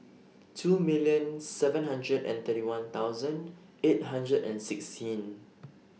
two million seven hundred and thirty one thousand eight hundred and sixteen